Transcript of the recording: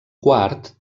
quart